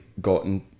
gotten